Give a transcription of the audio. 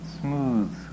smooth